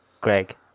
Greg